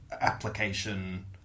application